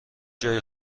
جای